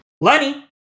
Lenny